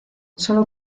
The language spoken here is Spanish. solo